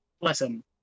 listen